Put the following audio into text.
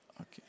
okay